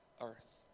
earth